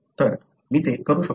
तर मी ते करू शकतो